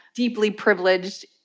deeply privileged,